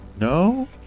No